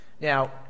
Now